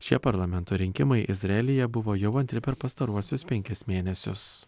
šie parlamento rinkimai izraelyje buvo jau antri per pastaruosius penkis mėnesius